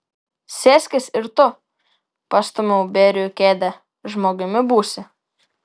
sėskis ir tu pastūmiau bėriui kėdę žmogumi būsi